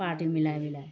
party মিলাই মিলাই